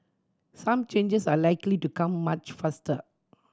some changes are likely to come much faster